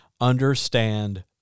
understand